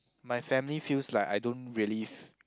my family feels like I don't really f~